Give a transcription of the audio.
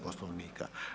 Poslovnika.